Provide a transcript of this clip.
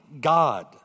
God